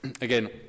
again